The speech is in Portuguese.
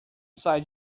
sai